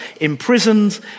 imprisoned